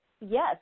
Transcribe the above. Yes